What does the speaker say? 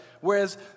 Whereas